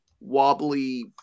wobbly